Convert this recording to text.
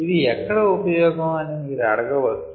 ఇది ఎక్కడ ఉపయోగం అని మీరు అడగ వచ్చు